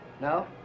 No